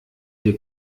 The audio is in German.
hier